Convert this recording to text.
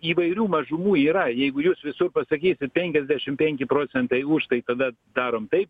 įvairių mažumų yra jeigu jūs visur pasakysit penkiasdešim penki procentai už tai tada darom tai